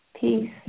Peace